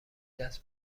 دست